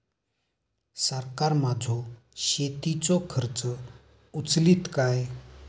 सरकार माझो शेतीचो खर्च उचलीत काय?